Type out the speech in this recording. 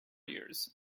years